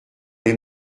les